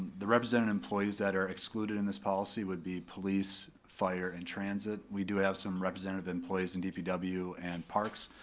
the represented employees that are excluded in this policy would be police, fire, and transit. we do have some representative employees in dpw and parks.